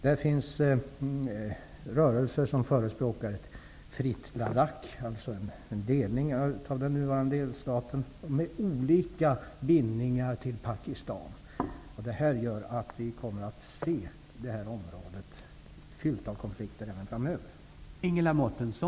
Där finns rörelser med olika bindningar till Pakistan som förespråkar ett fritt Ladakh, alltså en delning av den nuvarande delstaten. Vi kommer att se detta område fyllt med konflikter även framöver.